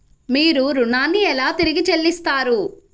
మీరు ఋణాన్ని ఎలా తిరిగి చెల్లిస్తారు?